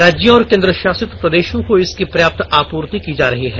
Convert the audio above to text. राज्यों और केन्द्रशासित प्रदेशों को इसकी पर्याप्त आपूर्ति की जा रही है